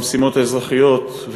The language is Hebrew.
במשימות האזרחיות,